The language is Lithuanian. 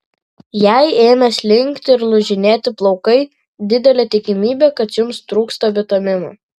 jei ėmė slinkti ir lūžinėti plaukai didelė tikimybė kad jums trūksta vitaminų